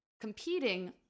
competing